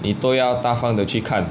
你都要大方的去看